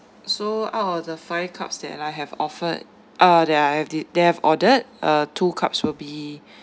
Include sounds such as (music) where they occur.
so out of the five cups that I'll have offered uh that I have the that I've ordered uh two cups will be (breath)